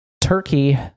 Turkey